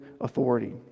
authority